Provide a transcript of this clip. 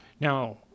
Now